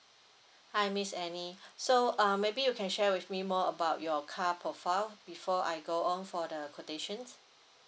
hi miss annie so uh maybe you can share with me more about your car profile before I go on for the quotations